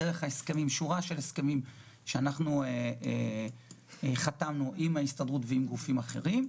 דרך שורה של הסכמים שאנחנו חתמנו עם ההסתדרות ועם גופים אחרים.